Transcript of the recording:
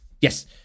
Yes